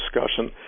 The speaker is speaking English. discussion